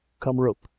come rope!